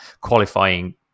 Qualifying